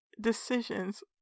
decisions